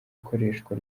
ikoreshwa